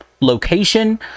location